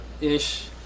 Ish